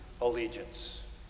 allegiance